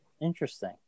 Interesting